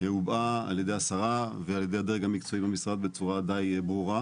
הובעה ע"י השרה וע"י הדרג המקצועי במשרד בצורה די ברורה.